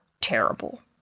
terrible